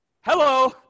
Hello